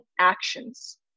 actions